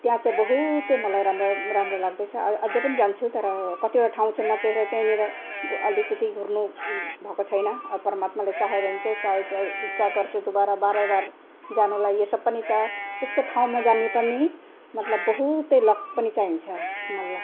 त्यहाँ चाहिँ बहुतै मलाई राम्रो राम्रो लाग्दैछ अझै पनि जान्छु तर कतिवटा ठाउँ चाबहिँ म त्यहीँ र त्यहीँनिर अलिकति घुर्नु भएको छैन अब परमात्माले चाह्यो भने चाहिँ सायद इच्छा गर्छु दुबारा बारैबार जानुलाई यो सब पनि त त्यस्तो ठाउँमा जाने पनि मतलब बहुतै लक पनि चाहिन्छ